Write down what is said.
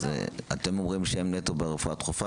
אתם אומרים שהם נטו ברפואה דחופה?